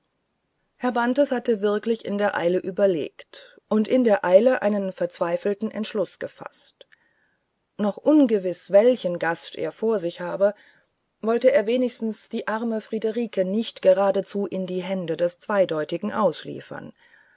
herr bantes hatte wirklich in der eile überlegt und in der eile einen verzweifelten entschluß gefaßt noch ungewiß welchen gast er vor sich habe wollte er wenigstens die arme friederike nicht geradezu in die hände des zweideutigen ausliefern